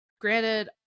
Granted